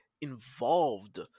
involved